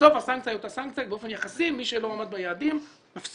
ובסוף הסנקציה היא אותה סנקציה ובאופן יחסי מי שלא עמד ביעדים מפסיד.